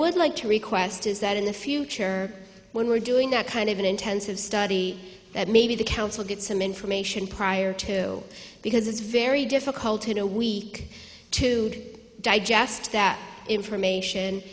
would like to request is that in the future when we're doing that kind of an intensive study that maybe the council get some information prior to because it's very difficult to know we to digest that information